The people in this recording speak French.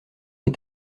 est